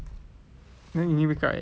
then you need to wake up at eight ah